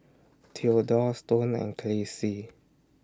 Theodore Stone and Kelcie